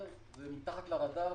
מתחת לרדאר,